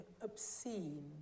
obscene